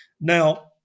Now